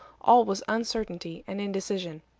all was uncertainty and indecision.